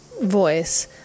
voice